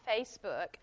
Facebook